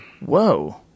Whoa